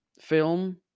film